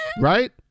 Right